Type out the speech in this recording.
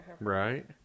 Right